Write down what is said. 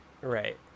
Right